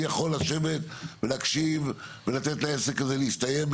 אני יכול לשבת ולהקשיב ולתת לעסק הזה להסתיים,